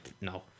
No